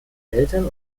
eltern